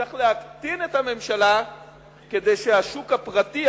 צריך להקטין את הממשלה כדי שהשוק הפרטי,